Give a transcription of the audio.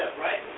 right